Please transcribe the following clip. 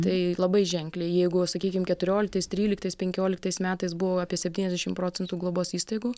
tai labai ženkliai jeigu sakykim keturioliktais trylikais penkioliktais metais buvo apie septyniasdešim procentų globos įstaigų